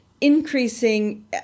increasing